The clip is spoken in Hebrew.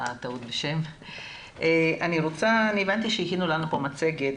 אני הבנתי שהכינו לנו כאן מצגת,